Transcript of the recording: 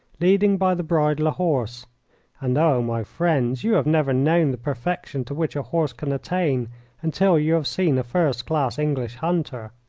leading by the bridle a horse and, oh, my friends, you have never known the perfection to which a horse can attain until you have seen a first-class english hunter.